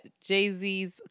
Jay-Z's